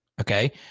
Okay